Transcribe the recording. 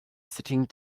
sitting